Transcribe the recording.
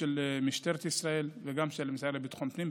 של משטרת ישראל וגם של המשרד לביטחון פנים,